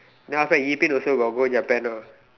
then after that Yi-Bin also got go Japan ah